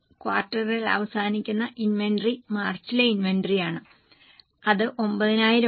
ക്വാർട്ടറിൽ അവസാനിക്കുന്ന ഇൻവെന്ററി മാർച്ചിലെ ഇൻവെന്ററിയാണ് അത് 9000 ആണ്